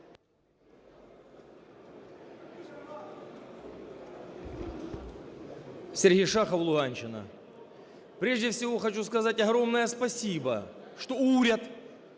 Сергій Шахов, Луганщина. Прежде всего, хочу сказать огромное спасибо, что уряд